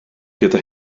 gyda